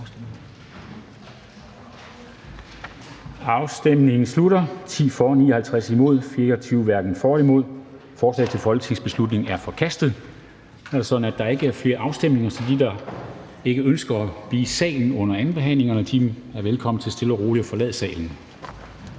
hverken for eller imod stemte 24 (V). Forslaget til folketingsbeslutning er forkastet. Det er sådan, at der ikke er flere afstemninger, så de, der ikke ønsker at blive i salen under andenbehandlingerne, er velkomne til stille og roligt at forlade salen.